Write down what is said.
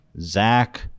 Zach